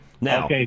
Now